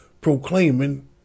proclaiming